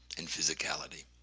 and physicality.